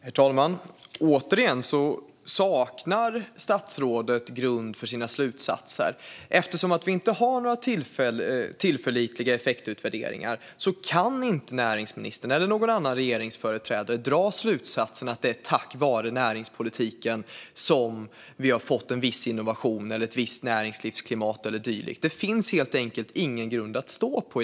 Herr talman! Återigen saknar statsrådet grund för sina slutsatser. Eftersom vi inte har några tillförlitliga effektutvärderingar kan inte näringsministern eller någon annan regeringsföreträdare dra slutsatsen att det är tack vare näringspolitiken som vi har fått en viss innovation, ett visst näringslivsklimat eller dylikt. Det finns helt enkelt ingen grund att stå på.